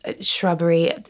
shrubbery